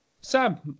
Sam